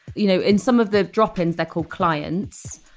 you know, in some of the drop-ins they're called clients,